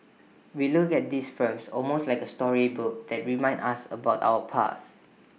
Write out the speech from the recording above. we look at these films almost like A storybooks that remind us about our past